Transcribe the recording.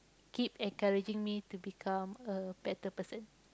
keep encouraging me to become a better person